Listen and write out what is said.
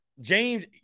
James